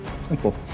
Simple